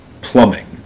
plumbing